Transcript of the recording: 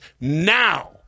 now